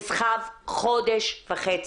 זה כבר נסחב חודש וחצי.